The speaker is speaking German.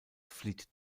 flieht